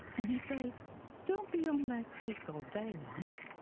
and he says don't be on their case all day, like'.